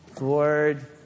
Lord